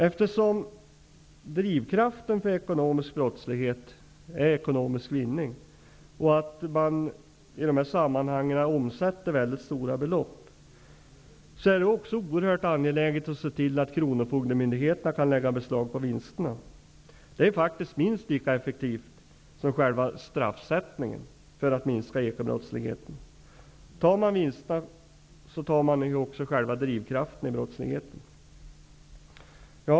Eftersom drivkraften för ekonomisk brottslighet är ekonomisk vinning, och eftersom man i dessa sammanhang omsätter stora belopp, är det också oerhört angeläget att man ser till att kronofogdemyndigheterna kan lägga beslag på vinsterna. Det är faktiskt minst lika effektivt för att minska ekobrottsligheten som själva straffet. Om man tar vinsterna kommer man ju också åt själva drivkraften i brottsligheten.